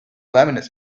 laminate